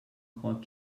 called